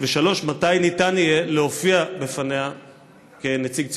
3. מתי ניתן יהיה להופיע בפניה כנציג ציבור?